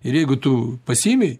ir jeigu tu pasiimi